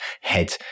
head